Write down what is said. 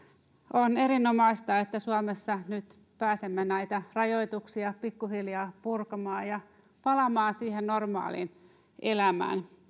on erinomaista että suomessa nyt pääsemme näitä rajoituksia pikkuhiljaa purkamaan ja palaamaan siihen normaaliin elämään